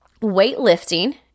weightlifting